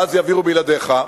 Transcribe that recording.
ואז יעבירו בלעדיך.